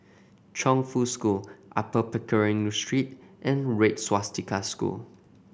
Chongfu School Upper Pickering Street and Red Swastika School